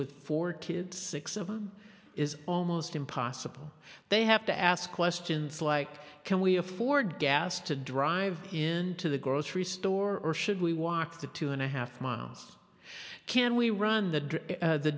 with four kids six of them is almost impossible they have to ask questions like can we afford gas to drive in to the grocery store or should we walk the two and a half miles can we run the